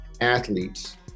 athletes